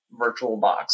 VirtualBox